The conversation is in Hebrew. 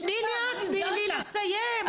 שנייה, תני לי לסיים.